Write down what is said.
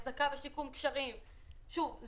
אחזקה ושיקום של גשרים ועוד שוב,